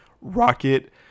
Rocket